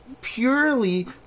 purely